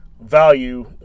value